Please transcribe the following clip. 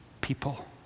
people